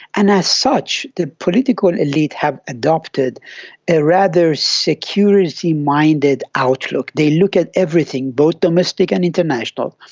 and as such the political elite have adopted a rather security minded outlook. they look at everything, both domestic and international,